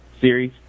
series